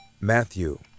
Matthew